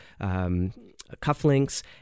cufflinks